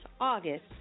August